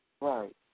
Right